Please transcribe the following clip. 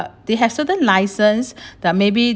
they have certain license that maybe